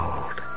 Old